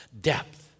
depth